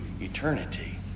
eternity